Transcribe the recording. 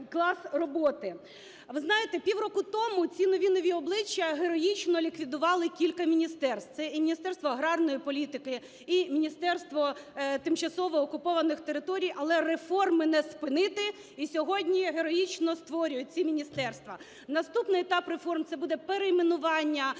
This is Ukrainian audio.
клас роботи. Ви знаєте, півроку тому, ці нові-нові обличчя героїчно ліквідували кілька міністерств. Це і Міністерство аграрної політики, і Міністерство тимчасово окупованих територій. Але реформи не спинити, і сьогодні героїчно створюють ці міністерства. Наступний етап реформ це буде перейменування